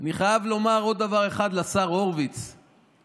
אני חייב לומר עוד דבר אחד, לשר הורוביץ ממרצ.